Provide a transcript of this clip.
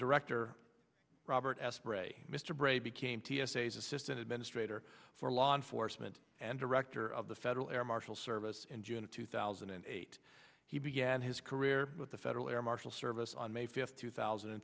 director robert s spray mr bray became t s a as assistant administrator for law enforcement and director of the federal air marshal service in june of two thousand and eight he began his career with the federal air marshal service on may fifth two thousand and